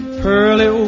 pearly